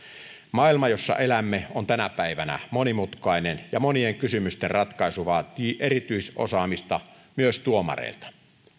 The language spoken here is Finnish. maailma jossa elämme on tänä päivänä monimutkainen ja monien kysymysten ratkaisu vaatii erityisosaamista myös tuomareilta